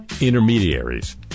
intermediaries